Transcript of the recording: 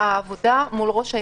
אחרי בחינה